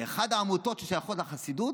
באחת העמותות ששייכות לחסידות,